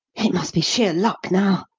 it must be sheer luck now!